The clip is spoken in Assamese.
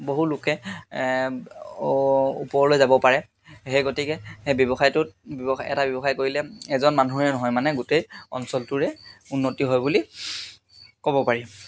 বহু লোকে ওপৰলৈ যাব পাৰে সেই গতিকে সেই ব্যৱসায়টোত ব্যৱসায় এটা ব্যৱসায় কৰিলে এজন মানুহৰে নহয় মানে গোটেই অঞ্চলটোৰে উন্নতি হয় বুলি ক'ব পাৰি